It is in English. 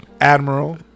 Admiral